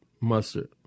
mustard